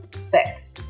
Six